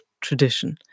tradition